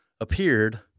appeared